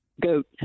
Goat